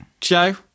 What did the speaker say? Joe